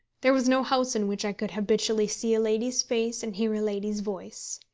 there was no house in which i could habitually see a lady's face and hear lady's voice.